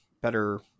better